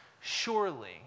surely